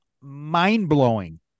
mind-blowing